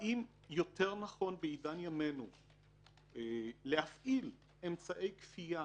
האם יותר נכון בעידן ימינו להפעיל אמצעי כפייה